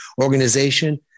organization